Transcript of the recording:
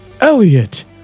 Elliot